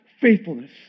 faithfulness